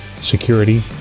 security